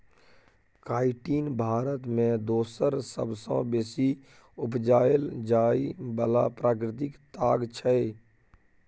chitin Bharat मे दोसर सबसँ बेसी उपजाएल जाइ बला प्राकृतिक ताग छै